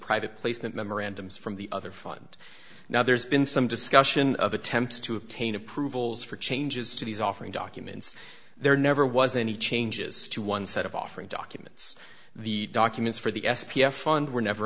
private placement memorandums from the other fund now there's been some discussion of attempts to obtain approvals for changes to these offering documents there never was any changes to one set of offering documents the documents for the s p f fund were never